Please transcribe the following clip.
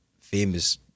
famous